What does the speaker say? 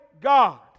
God